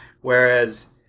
whereas